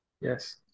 Yes